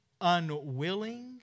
unwilling